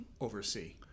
oversee